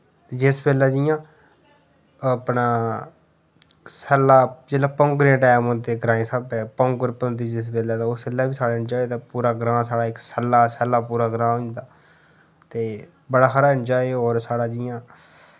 जिस बेल्लै जि'यां अपना सैला जिसला पौंगरे टैम होंदे ग्रांए स्हाबै पौंगर पौंदी जिस बेल्लै ते उस बेल्लै बी साढ़ा एन्जाय ते पूरा ग्रां साढ़ा इक सैला सैला पूरा ग्रां होइंदा ते बड़ा हारा एन्जाय और साढ़ा जि'यां